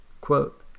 Quote